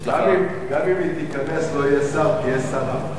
גם אם היא תיכנס לא יהיה שר, תהיה שרה.